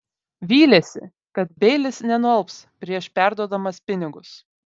vylėsi kad beilis nenualps prieš perduodamas pinigus